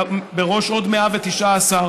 בראש עוד 119,